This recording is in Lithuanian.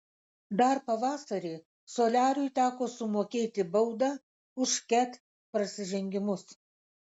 dar pavasarį soliariui teko sumokėti baudą už ket prasižengimus